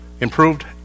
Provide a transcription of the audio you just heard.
improved